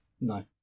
No